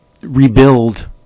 rebuild